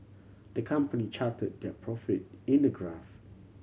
the company charted their profit in a graph